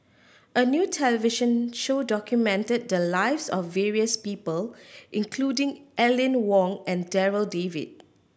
a new television show documented the lives of various people including Aline Wong and Darryl David